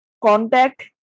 contact